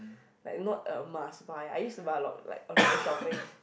like not a must buy I use to buy a lot like online shopping